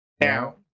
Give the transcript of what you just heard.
Now